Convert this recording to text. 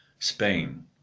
spain